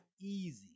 easy